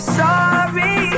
sorry